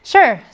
Sure